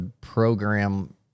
program